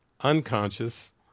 unconscious